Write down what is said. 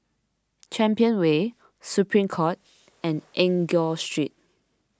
Champion Way Supreme Court and Enggor Street